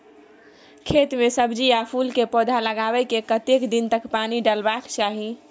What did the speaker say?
खेत मे सब्जी आ फूल के पौधा लगाबै के कतेक दिन तक पानी डालबाक चाही?